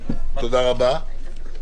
תודה רבה.